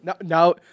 Now